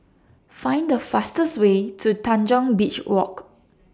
Find The fastest Way to Tanjong Beach Walk